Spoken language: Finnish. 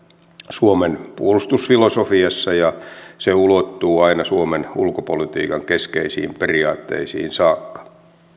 suomen puolustusfilosofiassa ja se ulottuu aina suomen ulkopolitiikan keskeisiin periaatteisiin saakka